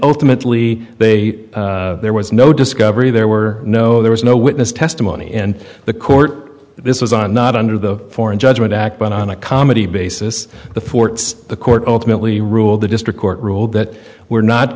ultimately they there was no discovery there were no there was no witness testimony and the court this was on not under the foreign judgment act but on a comedy basis the fort's the court ultimately ruled the district court ruled that we're not